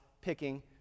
picking